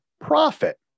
profit